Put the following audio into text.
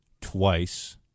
twice